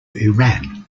iran